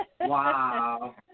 Wow